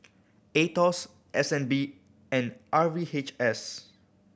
Aetos S N B and R V H S